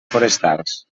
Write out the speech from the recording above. forestals